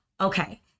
okay